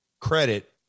credit